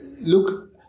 look